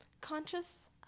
conscious